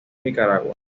nicaragua